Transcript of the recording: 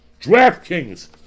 DraftKings